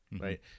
right